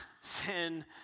sin